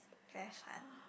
flash hunt